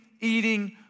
eating